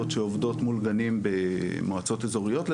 שעובדות מול גנים במועצות אזוריות,